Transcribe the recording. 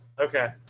Okay